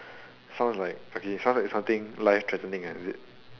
sounds like okay sounds like something life threatening ah is it